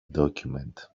document